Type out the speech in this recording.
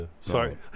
Sorry